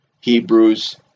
Hebrews